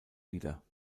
wieder